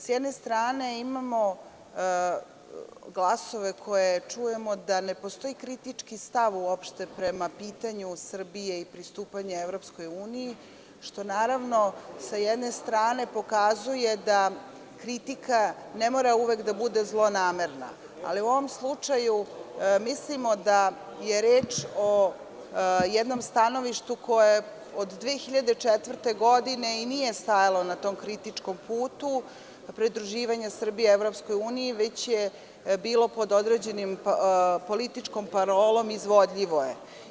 S jedne strane, imamo glasove koje čujemo da ne postoji kritički stav uopšte prema pitanju Srbije i pristupanje EU, što naravno, sa jedne strane, pokazuje da kritika ne mora uvek da bude zlonamerna, ali u ovom slučaju mislimo da je reč o jednom stanovištu koje od 2004. godine i nije stajalo na tom kritičkom putu, pridruživanje Srbije EU, već je bilo pod određenom političkom parolom - izvodljivo je.